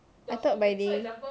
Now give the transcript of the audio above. I though by day